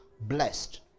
blessed